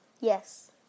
Yes